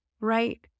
right